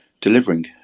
delivering